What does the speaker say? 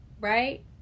right